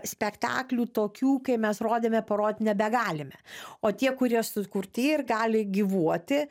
spektaklių tokių kai mes rodėme parod nebegalime o tie kurie sukurti ir gali gyvuoti